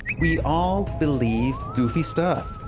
we all believe goofy stuff.